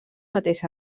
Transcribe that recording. mateix